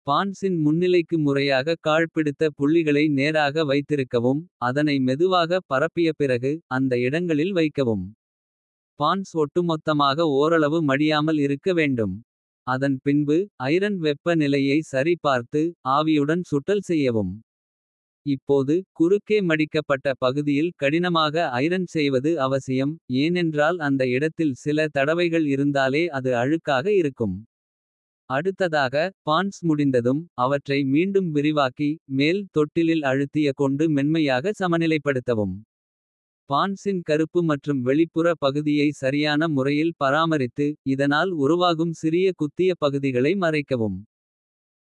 பான்ட்ஸின் முன்னிலைக்கு முறையாகக் காழ்ப்பிடுத்த. புள்ளிகளை நேராக வைத்திருக்கவும் அதனை மெதுவாக. பரப்பிய பிறகு அந்த இடங்களில் வைக்கவும். பான்ட்ஸ் ஒட்டுமொத்தமாக ஓரளவு மடியாமல் இருக்க வேண்டும். அதன் பின்பு ஐரன் வெப்ப நிலையை சரி பார்த்து. ஆவியுடன் சுட்டல் செய்யவும் இப்போது. குறுக்கே மடிக்கப்பட்ட பகுதியில் கடினமாக ஐரன். செய்வது அவசியம் ஏனென்றால் அந்த இடத்தில். சில தடவைகள் இருந்தாலே அது அழுக்காக இருக்கும். அடுத்ததாக பான்ட்ஸ் முடிந்ததும் அவற்றை. மீண்டும் விரிவாக்கி மேல் தொட்டிலில் அழுத்திய. கொண்டு மென்மையாக சமநிலைப்படுத்தவும். பான்ட்ஸின் கருப்பு மற்றும் வெளிப்புற பகுதியை சரியான. முறையில் பராமரித்து இதனால் உருவாகும் சிறிய. குத்திய பகுதிகளை மறைக்கவும்.